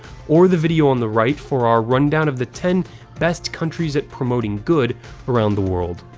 or the video on the right for our rundown of the ten best countries at promoting good around the world.